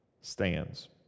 stands